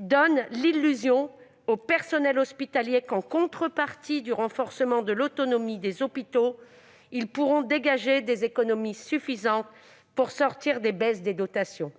donne l'illusion aux personnels hospitaliers qu'en contrepartie du renforcement de l'autonomie des hôpitaux, ils pourront dégager des économies suffisantes pour sortir des baisses des dotations.